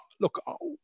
look